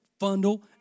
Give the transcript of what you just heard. fundle